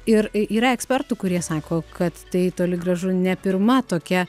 ir yra ekspertų kurie sako kad tai toli gražu ne pirma tokia